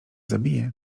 zabije